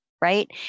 right